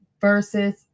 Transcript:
versus